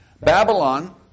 Babylon